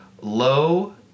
low